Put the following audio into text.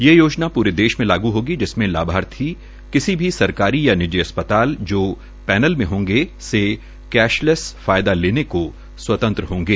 ये योजना प्रे देश में लागू होगी जिसमें लाभार्थी किसी भी सरकारी या निजी अस्पताल जो पैनल में होंगे से कैशलसे फायदा लेने को स्वतंत्र होंगे